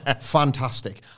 fantastic